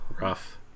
Rough